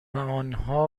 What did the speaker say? آنها